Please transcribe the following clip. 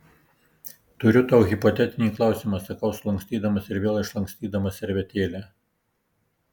turiu tau hipotetinį klausimą sakau sulankstydamas ir vėl išlankstydamas servetėlę